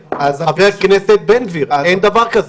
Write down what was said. חבר הכנסת בן גביר, אין דבר כזה.